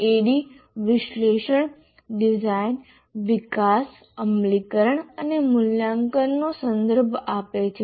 ADDIE વિશ્લેષણ design વિકાસ અમલીકરણ અને મૂલ્યાંકનનો સંદર્ભ આપે છે